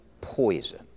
poison